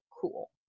cool